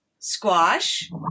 Squash